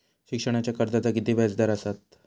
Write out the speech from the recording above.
शिक्षणाच्या कर्जाचा किती व्याजदर असात?